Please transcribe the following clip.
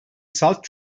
salt